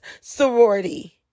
sorority